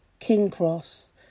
Kingcross